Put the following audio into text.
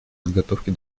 подготовке